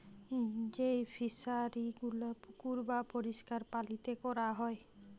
যেই ফিশারি গুলো পুকুর বাপরিষ্কার পালিতে ক্যরা হ্যয়